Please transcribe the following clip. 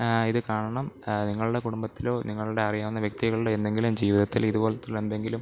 ഇത് കാണണം നിങ്ങളുടെ കുടുംബത്തിലോ നിങ്ങളുടെ അറിയാവുന്ന വ്യക്തികളുടെ എന്തെങ്കിലും ജീവിതത്തിൽ ഇത് പോലത്തെ ഉള്ള എന്തെങ്കിലും